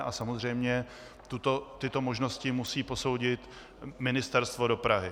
A samozřejmě tyto možnosti musí posoudit Ministerstvo dopravy.